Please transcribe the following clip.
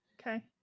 Okay